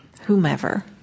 whomever